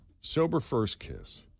Sober-first-kiss